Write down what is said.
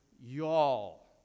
Y'all